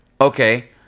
Okay